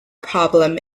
problem